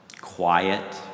quiet